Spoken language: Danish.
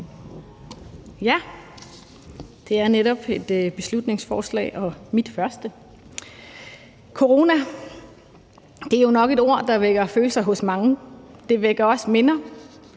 Ja, det er netop et beslutningsforslag – og mit første. Corona er jo nok et ord, der vækker følelser hos mange. Det vækker også minder,